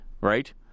right